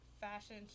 fashion